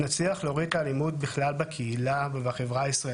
נצליח להוריד את האלימות בכלל בקהילה הישראלית,